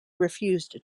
refused